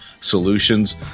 solutions